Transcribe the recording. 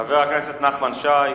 חבר הכנסת נחמן שי,